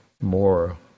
more